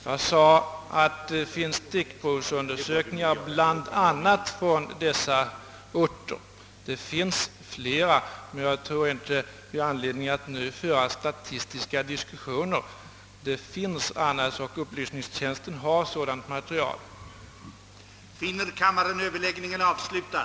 Jag talade om stickprovsundersökningar bland annat i dessa orter. Det finns inte anledning att nu föra en statistisk diskussion härom, men upplysningstjänsten har material också från andra orter.